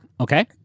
Okay